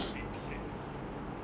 hypebeast hypebeast all